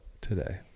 today